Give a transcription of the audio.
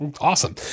Awesome